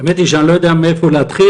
האמת היא שאני לא יודע מאיפה להתחיל.